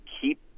keep